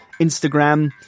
Instagram